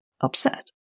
upset